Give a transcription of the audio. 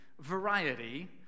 variety